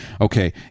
okay